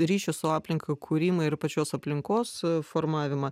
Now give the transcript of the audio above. ryšį su aplinka kūrimą ir pačios aplinkos formavimą